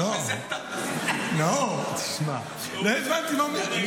גם בזה --- נאור, תשמע, לא הבנתי מה הוא אומר.